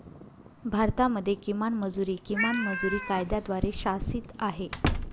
भारतामध्ये किमान मजुरी, किमान मजुरी कायद्याद्वारे शासित आहे